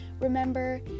Remember